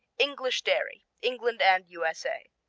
english dairy england and u s a.